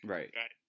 Right